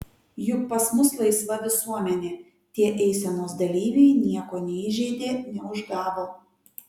juk pas mus laisva visuomenė tie eisenos dalyviai nieko neįžeidė neužgavo